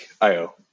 io